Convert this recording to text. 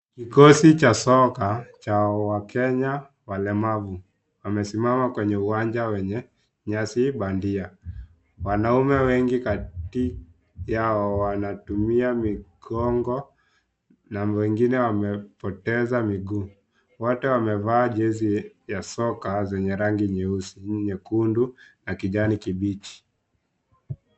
Kikozi cha soka ya wakenya walemavu wamesimama kwenye uwanja wenye nyasi bandia, wanaume wengi kati yao wanatumia na mwingine wamepoteza miguu. Wote wamevaa jezi ya soka zenye rangi nyeusi , nyekundu na kijani kibichi.